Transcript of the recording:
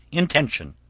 intention,